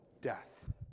death